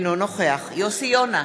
אינו נוכח יוסי יונה,